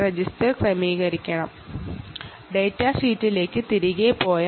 register സെറ്റിങ്ങിനായി ഇനി ഇത് ക്രമീകരിക്കണം